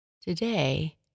Today